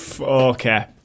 Okay